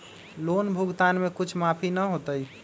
Loan भुगतान में कुछ माफी न होतई?